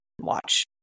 watch